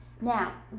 Now